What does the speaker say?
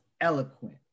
eloquent